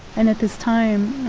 and at this time,